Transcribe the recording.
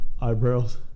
Eyebrows